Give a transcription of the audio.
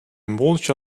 молча